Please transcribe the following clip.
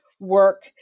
work